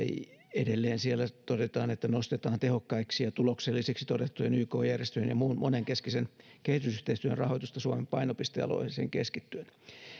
edelleen siellä todetaan nostetaan tehokkaiksi ja tuloksellisiksi todettujen yk järjestöjen ja muun monenkeskisen kehitysyhteistyön rahoitusta suomen painopistealueisiin keskittyen